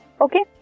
Okay